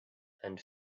and